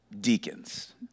deacons